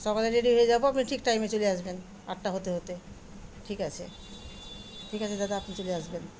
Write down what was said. সকালে রেডি হয়ে যাব আপনি ঠিক টাইমে চলে আসবেন আটটা হতে হতে ঠিক আছে ঠিক আছে দাদা আপনি চলে আসবেন